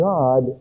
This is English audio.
God